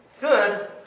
Good